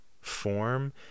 form